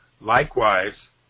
Likewise